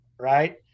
right